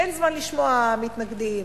אין זמן לשמוע מתנגדים,